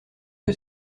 que